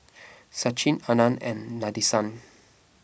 Sachin Anand and Nadesan